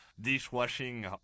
dishwashing